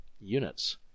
units